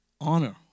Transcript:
Honor